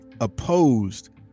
opposed